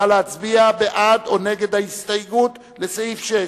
נא להצביע בעד או נגד ההסתייגות לסעיף 6,